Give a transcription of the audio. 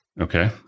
Okay